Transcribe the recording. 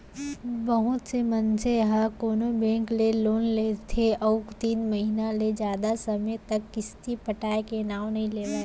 बहुत से मनसे ह कोनो बेंक ले लोन ले लेथे अउ तीन महिना ले जादा समे तक किस्ती पटाय के नांव नइ लेवय